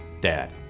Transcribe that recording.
dad